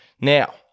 Now